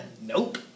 nope